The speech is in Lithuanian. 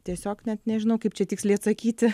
tiesiog net nežinau kaip čia tiksliai atsakyti